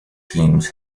teams